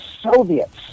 Soviets